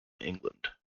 england